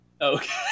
Okay